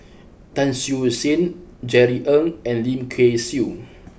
Tan Siew Sin Jerry Ng and Lim Kay Siu